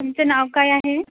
तुमचं नाव काय आहे